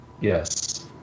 Yes